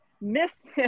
Miss